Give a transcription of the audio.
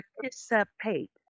participate